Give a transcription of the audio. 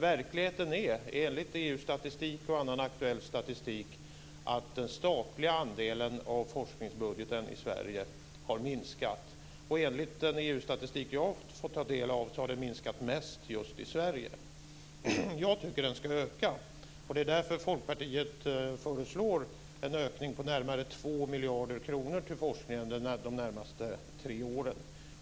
Verkligheten är enligt EU statistik och annan aktuell statistik att den statliga andelen av forskningsbudgeten i Sverige har minskat. Enligt den EU-statistik som jag har fått ta del av har den minskat mest just i Sverige. Jag tycker att den ska öka. Det är därför Folkpartiet föreslår en ökning på närmare två miljarder kronor till forskningen de närmaste tre åren.